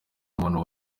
muntu